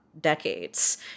decades